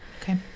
Okay